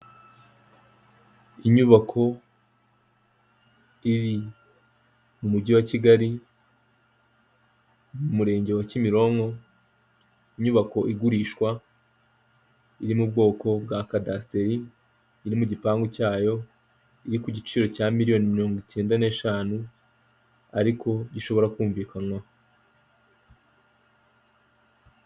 Inyubako iri mu mujyi wa Kigali umurenge wa Kimironko, inyubako igurishwa iri mu bwoko bwa kadsiteri iri mu gipangu cyayo, iri ku giciro cya miriyoni mirongo icyenda neshanu ariko gishobora kumvikanwaho.